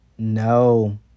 no